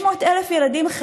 600,000 ילדים,